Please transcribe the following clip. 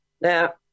Now